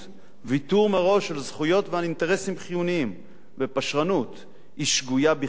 ויתור מראש על זכויות ועל אינטרסים חיוניים בפשרנות היא שגויה בכלל,